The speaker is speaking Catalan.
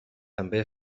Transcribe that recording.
també